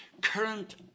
current